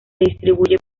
distribuyen